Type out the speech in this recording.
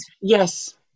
yes